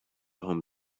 home